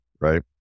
right